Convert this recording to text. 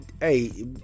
hey